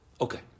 Okay